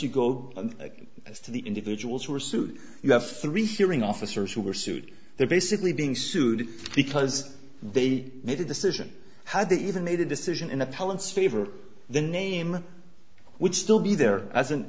you go as to the individuals who are sued you have three hearing officers who were sued they're basically being sued because they made a decision how they even made a decision in appellants favor the name would still be there as an